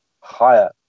higher